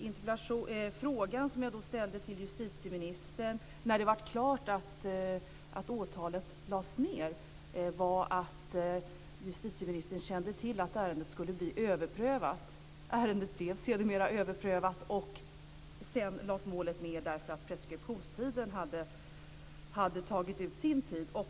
Svaret på frågan som jag ställde till justitieministern när det blev klart att åtalat lades ned var att justitieministern kände till att ärendet skulle bli överprövat. Ärendet blev sedermera överprövat. Sedan lades målet ned därför att preskriptionstiden hade gått ut.